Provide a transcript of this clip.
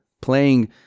playing